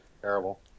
Terrible